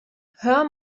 hör